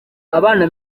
abana